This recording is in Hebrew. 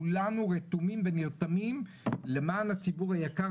כולנו רתומים ונרתמים למען הציבור היקר